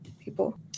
people